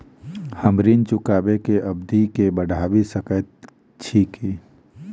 हम ऋण चुकाबै केँ अवधि केँ बढ़ाबी सकैत छी की?